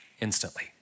instantly